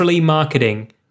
marketing